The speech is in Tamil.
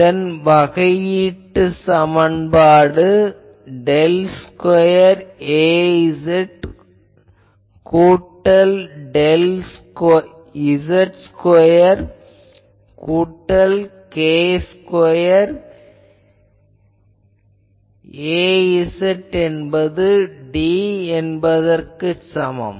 இதன் வகையீட்டு சமன்பாடு டெல் ஸ்கொயர் Az கூட்டல் டெல் z ஸ்கொயர் கூட்டல் k ஸ்கொயர் Az என்பது d என்பதற்குச் சமம்